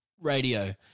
radio